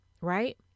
Right